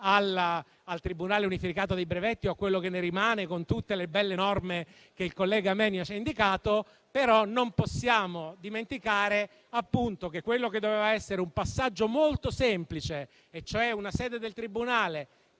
al Tribunale unificato dei brevetti o a quello che ne rimane, con tutte le belle norme che il collega Menia ci ha indicato. Però non possiamo dimenticare che quello che doveva essere un passaggio molto semplice, cioè una sede del Tribunale